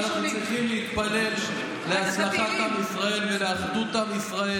אנחנו צריכים להתפלל להצלחת עם ישראל ולאחדות עם ישראל